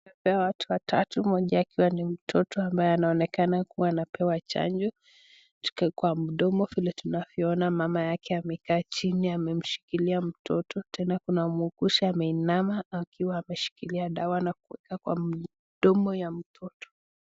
Tumepewa watu watatu ,mmoja akiwa ni mtoto ambaye anaonekana kuwa anapewa chanjo kwa mdomo, vile tunavyoona mama yake amekaa chini amemshikilia mtoto tena kuna muuguzi ameinama akiwa ameshikilia dawa na kuweka kwa mdomo ya mtoto.